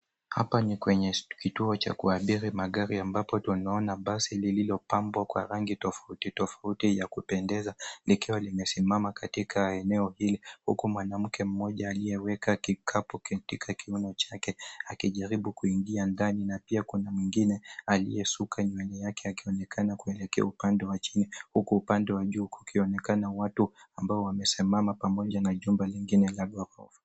Hapa ni kwenye kituo cha kuabiri magari ambapo tunaona basi lililopambwa kwa rangi tofauti tofauti ya kupendeza likiwa limesimama katika eneo hili. Huku mwanamke mmoja aliyeweka kikapu katika kiuno chake akijaribu kuingia ndani. Na pia kuna mwingine aliyesuka nywele yake akionekana kuelekea upande wa chini huku upande wa juu kukionekana watu ambao wamesimama pamoja na jumba lingine la ghorofa.